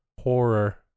horror